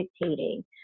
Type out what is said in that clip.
dictating